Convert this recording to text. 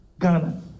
Ghana